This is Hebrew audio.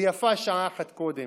ויפה שעה אחת קודם.